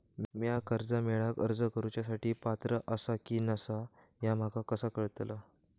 म्या कर्जा मेळाक अर्ज करुच्या साठी पात्र आसा की नसा ह्या माका कसा कळतल?